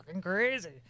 crazy